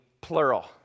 plural